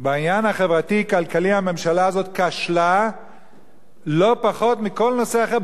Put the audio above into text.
בעניין החברתי-כלכלי הממשלה הזאת כשלה לא פחות מבכל נושא אחר,